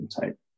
type